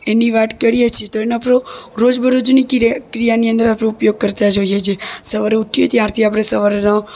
એની વાત કરી છીએ તો એનો આપણો રોજબરોજની ક્રિ ક્રિયાની અંદર આપણો ઉપયોગ કરતાં જ હોઈએ છે સવારે ઊઠીએ ત્યારથી આપણે સવારનો